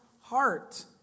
heart